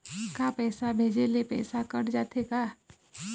का पैसा भेजे ले पैसा कट जाथे का?